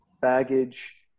baggage